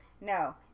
no